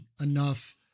enough